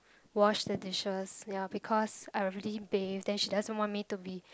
wash the dishes ya because I already bathe then she doesn't want me to be